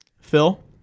Phil